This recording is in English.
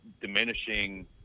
diminishing